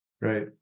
Right